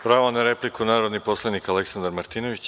Pravo na repliku narodni poslanik Aleksandra Martinović.